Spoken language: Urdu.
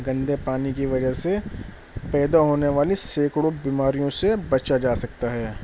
گندے پانی کی وجہ سے پیدا ہونے والی سیکڑوں بیماریوں سے بچا جا سکتا ہے